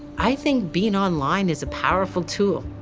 i think being online is a powerful tool.